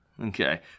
Okay